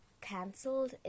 cancelled